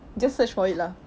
just search for it lah